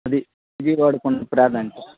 అది విజయవాడకి ఉన్న ప్రాధాన్యత